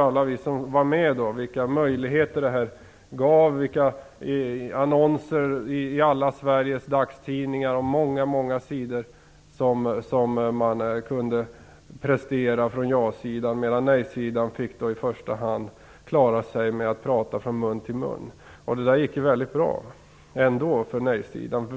Alla vi som var med vet ju vilka möjligheter detta gav. Ja-sidan kunde prestera annonser i alla Sveriges dagstidningar medan nej-sidan i första hand fick klara sig med att prata från mun till mun. Det gick ju ändå väldigt bra för nej-sidan.